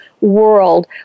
world